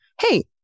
Hey